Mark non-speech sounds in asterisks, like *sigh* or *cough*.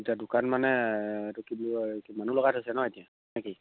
এতিয়া দোকান মানে এইটো কি বুলি কয় *unintelligible* লগাই থৈছে নহ্ এতিয়া নে কি